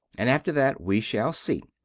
and after that we shall see.